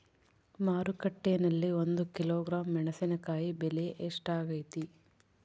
ಮಾರುಕಟ್ಟೆನಲ್ಲಿ ಒಂದು ಕಿಲೋಗ್ರಾಂ ಮೆಣಸಿನಕಾಯಿ ಬೆಲೆ ಎಷ್ಟಾಗೈತೆ?